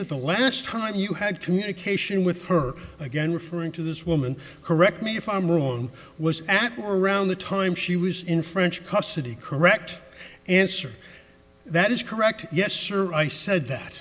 that the last time you had communication with her again referring to this woman correct me if i'm wrong was at or around the time she was in french custody correct answer that is correct yes sir i said that